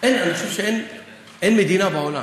אני חושב שאין מדינה בעולם